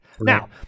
Now-